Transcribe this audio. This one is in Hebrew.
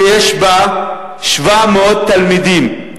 שיש בה 700 תלמידים,